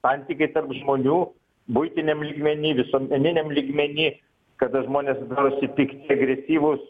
santykiai tarp žmonių buitiniam lygmeny visuomeniniam lygmeny kada žmonės darosi pikti agresyvūs